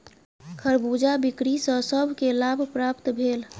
खरबूजा बिक्री सॅ सभ के लाभ प्राप्त भेल